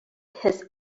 his